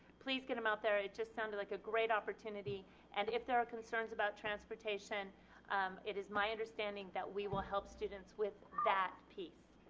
please get them out there it just sounded like a great opportunity and if there are concerns about transportation it is my understanding that we will help students with that piece.